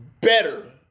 better